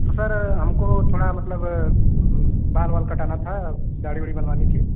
तो सर हमको थोड़ा मतलब बाल वाल कटाना था दाढ़ी वढ़ी बनवानी थी